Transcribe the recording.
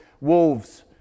wolves